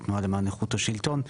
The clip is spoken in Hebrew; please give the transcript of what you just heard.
התנועה למען איכות השלטון,